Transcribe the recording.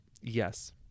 yes